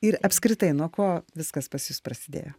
ir apskritai nuo ko viskas pas jus prasidėjo